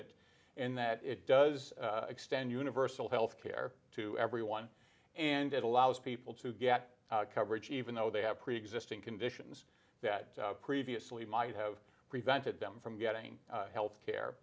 it in that it does extend universal healthcare to everyone and it allows people to get coverage even though they have preexisting conditions that previously might have prevented them from getting health care